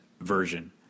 version